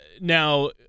now